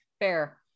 fair